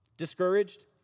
discouraged